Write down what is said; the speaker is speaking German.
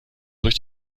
durch